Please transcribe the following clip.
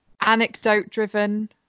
anecdote-driven